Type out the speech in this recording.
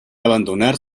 abandonar